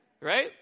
Right